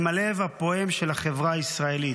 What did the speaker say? הם הלב הפועם של החברה הישראלית,